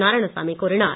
நாராயணசாமி கூறினார்